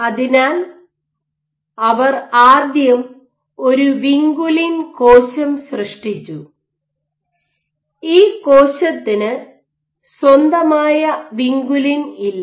അതിനാൽ അവർ ആദ്യം ഒരു വിൻകുലിൻ കോശം സൃഷ്ടിച്ചു ഈ കോശത്തിന് സ്വന്തമായ വിൻകുലിൻ ഇല്ല